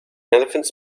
elephants